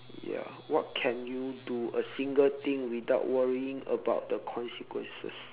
ya what can you do a single thing without worrying about the consequences